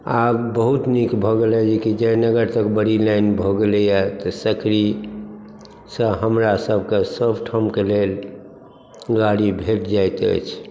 आब बहुत नीक भऽ गेल अइ जेकि जयनगर तक बड़ी लाइन भऽ गेलैया तऽ सकरीसँ हमरा सबकेँ सबठामके लेल गाड़ी भेट जाइत अछि